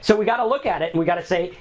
so we gotta look at it, and we gotta say,